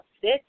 six